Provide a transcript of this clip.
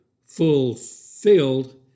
fulfilled